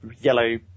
Yellow